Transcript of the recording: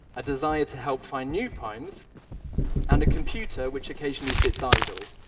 a desire to help find new primes and a computer which occasionally sits idle,